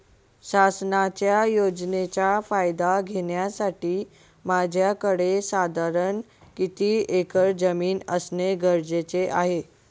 शासनाच्या योजनेचा फायदा घेण्यासाठी माझ्याकडे साधारण किती एकर जमीन असणे गरजेचे आहे?